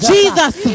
Jesus